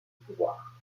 pouvoir